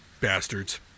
bastards